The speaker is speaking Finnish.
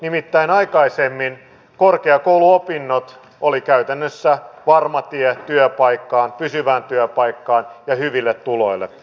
nimittäin aikaisemmin korkeakouluopinnot oli käytännössä varma tie työpaikkaan pysyvään työpaikkaan ja hyville tuloille